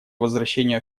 возвращению